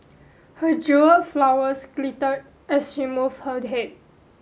her jewelled flowers glitter as she moved her head